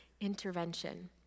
intervention